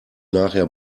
nachher